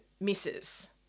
misses